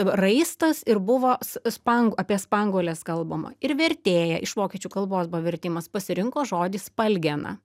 raistas ir buvo span apie spanguoles kalbama ir vertėja iš vokiečių kalbos buvo vertimas pasirinko žodį spalgena